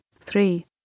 three